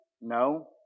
No